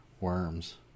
worms